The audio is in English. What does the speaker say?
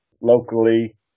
locally